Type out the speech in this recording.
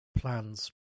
plans